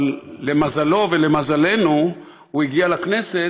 אבל למזלו ולמזלנו הוא הגיע לכנסת,